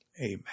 Amen